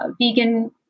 vegan